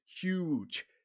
huge